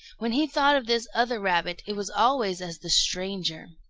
when he thought of this other rabbit, it was always as the stranger.